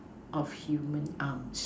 of human arms